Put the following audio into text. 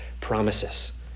promises